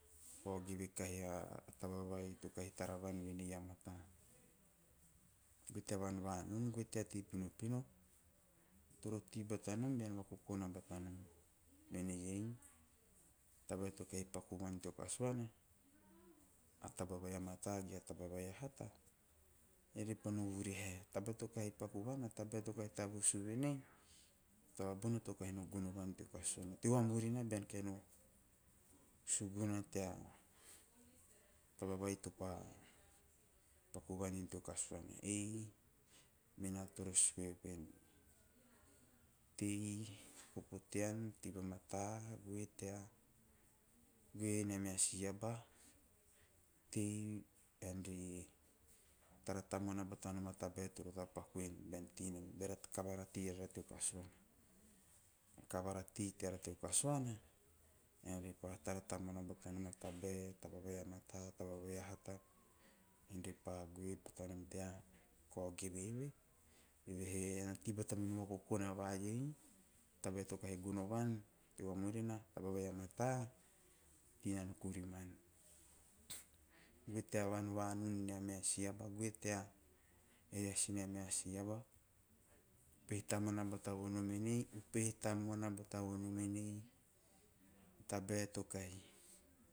Kao geve kahi a taba vai to kahi tara van venei a mata. Goe te banobano, goe tea tei pinopino ean toro tei batanom bean vakokona batanom mene hei tabae to kahi paku van teo kasuana a taba vai a mata ge a taba vai a hata ean re pa no vurahe, a taba vai topa paku van ge a taba vai topa tavus venei a taba bona to kahi no gono van teo vamurina bean kahi no suguna tea taba vai topa tavus venei a taba bona to kahi no gono van teo vamurina bean kahi no suguna tea taba vai topa paku van teo kasuana, ei mena toro sue ven tei, popo tean tei vamata, upehe batanom a meha si aba. Tei ean ri tara tamuana batanom a tabae topa paku van bean, beara kavara tei nara teo kasuana ean re pa tara tamuana batanom a tabae- tabae - tabae a mata, taba vai a hata goe batanom tea kao geve eve, evehe o vakokona va iei tabae to kahi gono van teo vumurina. Goe ta vanvanun nea meha si aba, goe tea reas nea meha si aba, upehe tamuana bata vonom en - upehe tamuana bata vonom en a tabae to kahi